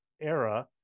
era